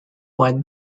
white